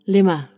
Lima